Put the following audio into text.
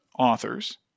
authors